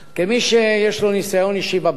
כמי שיש לו ניסיון אישי בבית,